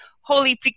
holy